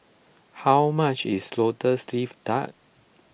how much is Lotus Leaf Duck